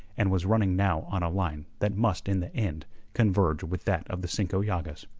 and was running now on a line that must in the end converge with that of the cinco llagas.